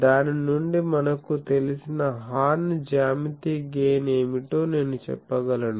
దాని నుండి మనకు తెలిసిన హార్న్ జ్యామితి గెయిన్ ఏమిటో నేను చెప్పగలను